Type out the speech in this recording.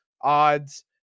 odds